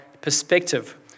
perspective